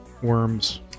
Worms